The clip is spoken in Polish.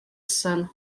sen